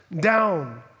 down